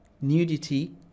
nudity